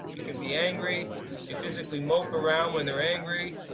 they can be angry. they physically mope around when they're angry.